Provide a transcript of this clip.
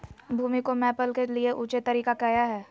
भूमि को मैपल के लिए ऊंचे तरीका काया है?